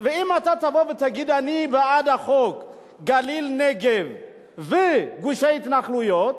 ואם אתה תבוא ותגיד: אני בעד חוק גליל-נגב וגושי התנחלויות,